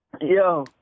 Yo